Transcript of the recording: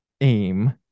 aim